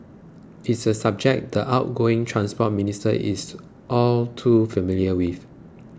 it is a subject the outgoing Transport Minister is all too familiar with